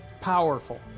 powerful